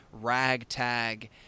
ragtag